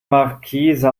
markise